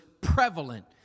prevalent